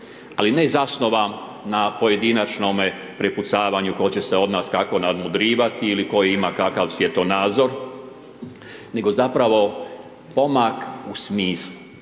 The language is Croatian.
ali ne zasnovan na pojedinačnome prepucavanju tko će se od nas kako nadmudrivati ili tko ima kakav svjetonazor, nego zapravo pomak u smislu